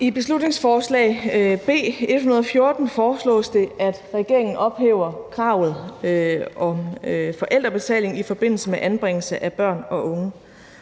I beslutningsforslag B 114 foreslås det, at regeringen ophæver kravet om forældrebetaling i forbindelse med anbringelser af børn og unge.